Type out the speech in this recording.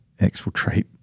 exfiltrate